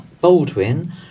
Baldwin